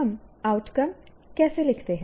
हम आउटकम कैसे लिखते हैं